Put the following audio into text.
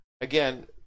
Again